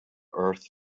earth